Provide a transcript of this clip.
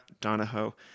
Donahoe